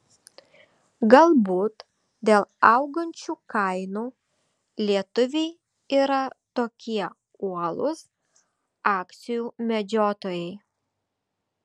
galbūt dėl augančių kainų lietuviai yra tokie uolūs akcijų medžiotojai